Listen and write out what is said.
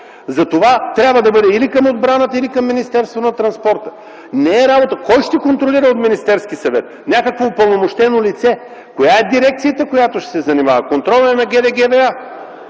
Затова трябва да бъде или към отбраната, или към Министерството на транспорта. Кой ще контролира от Министерския съвет? Някакво упълномощено лице? Коя е дирекцията която ще се занимава? Контролът е на ГД „ГВА”.